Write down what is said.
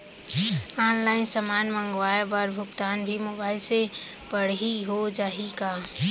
Online समान मंगवाय बर भुगतान भी मोबाइल से पड़ही हो जाही का?